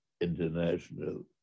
international